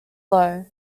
low